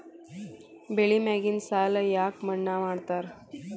ಬೆಳಿ ಮ್ಯಾಗಿನ ಸಾಲ ಯಾಕ ಮನ್ನಾ ಮಾಡ್ತಾರ?